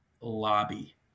Lobby